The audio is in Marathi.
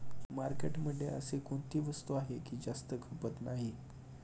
मार्केटमध्ये अशी कोणती वस्तू आहे की जास्त खपत नाही?